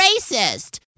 racist